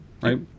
right